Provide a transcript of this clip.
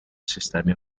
sistemi